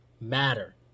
matter